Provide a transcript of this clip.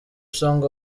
song